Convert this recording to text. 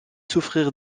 souffrir